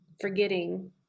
forgetting